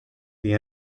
the